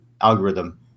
algorithm